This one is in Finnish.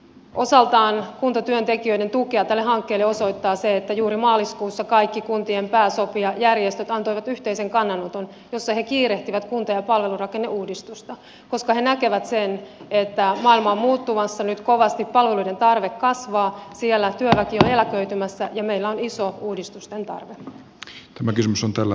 osaltaan kuntatyöntekijöiden tukea tälle hankkeelle osoittaa se että juuri maaliskuussa kaikki kuntien pääsopijajärjestöt antoivat yhteisen kannanoton jossa he kiirehtivät kunta ja palvelurakenneuudistusta koska he näkevät sen että maailma on muuttumassa nyt kovasti palveluiden tarve kasvaa siellä työväki on eläköitymässä ja meillä on iso uudistusten tarve